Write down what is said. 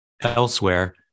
Elsewhere